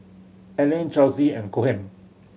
Aleen Chessie and Cohen